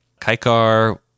Kaikar